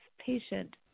patient